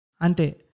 Ante